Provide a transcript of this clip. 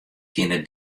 kinne